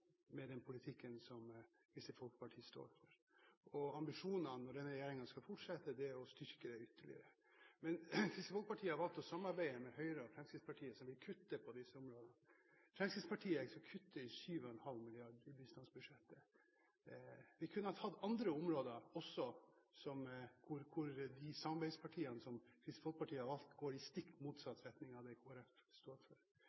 med den politikken som Kristelig Folkeparti står for. Ambisjonene når denne regjeringen skal fortsette, er å styrke det ytterligere. Men Kristelig Folkeparti har valgt å samarbeide med Høyre og Fremskrittspartiet, som vil kutte på disse områdene. Fremskrittspartiet vil kutte 7,5 mrd. kr i bistandsbudsjettet. Vi kunne tatt andre områder også hvor samarbeidspartiene som Kristelig Folkeparti har valgt, går i stikk motsatt retning av det Kristelig Folkeparti står for.